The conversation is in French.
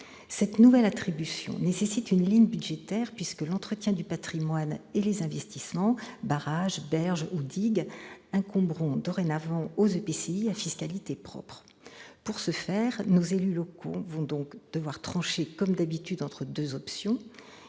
cette nouvelle attribution nécessite une ligne budgétaire, puisque l'entretien du patrimoine et les investissements- barrages, berges ou digues -incomberont dorénavant aux EPCI à fiscalité propre. Pour ce faire, nos élus locaux vont donc devoir trancher, comme d'habitude, entre deux options